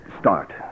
start